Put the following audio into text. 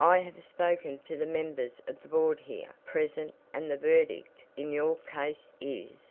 i have spoken to the members of the board here present and the verdict in your case is